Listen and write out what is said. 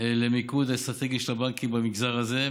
למיקוד אסטרטגי של הבנקים במגזר הזה.